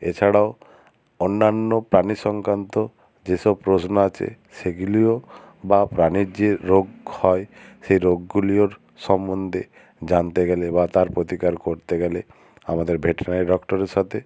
এছাড়াও অন্যান্য প্রাণী সংক্রান্ত যে সব প্রশ্ন আছে সেগুলিও বা প্রাণীর যে রোগ হয় সেই রোগগুলিওর সম্বন্ধে জানতে গেলে বা তার প্রতিকার করতে গেলে আমাদের ভেটেরিনারি ডক্টরের সাথে